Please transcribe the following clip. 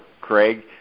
Craig